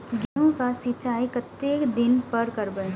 गेहूं का सीचाई कतेक दिन पर करबे?